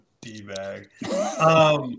D-bag